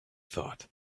thought